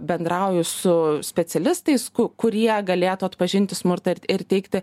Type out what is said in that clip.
bendrauju su specialistais kurie galėtų atpažinti smurtą ir teikti